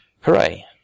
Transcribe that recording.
Hooray